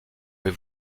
vais